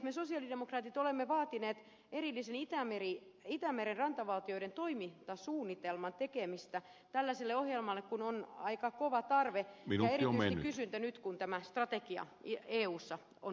me sosiaalidemokraatit olemme vaatineet erillisen itämeren rantavaltioiden toimintasuunnitelman tekemistä tällaiselle ohjelmalle kun on aika kova tarve ja erityisesti kysyntä nyt kun tämä strategia eussa on valmistumassa